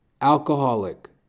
alcoholic